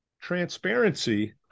transparency